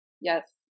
Yes